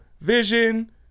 Vision